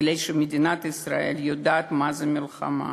כי מדינת ישראל יודעת מה זה מלחמה,